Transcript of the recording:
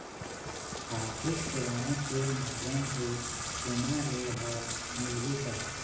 आरथिक सेवाएँ के माध्यम से सोना ऋण हर मिलही का?